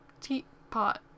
Teapot